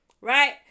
right